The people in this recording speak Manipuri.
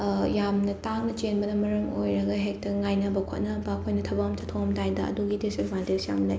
ꯌꯥꯝꯅ ꯇꯥꯡꯅ ꯆꯦꯟꯕꯅ ꯃꯔꯝ ꯑꯣꯏꯔꯒ ꯍꯦꯛꯇ ꯉꯥꯏꯅꯕ ꯈꯣꯠꯅꯕ ꯑꯩꯈꯣꯏꯅ ꯊꯕꯛ ꯑꯃ ꯆꯠꯊꯣꯛꯑꯝꯗꯥꯏꯗ ꯑꯗꯨꯒꯤ ꯗꯤꯁꯑꯦꯗꯚꯥꯟꯇꯦꯁ ꯌꯥꯝ ꯂꯩ